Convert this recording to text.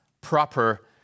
proper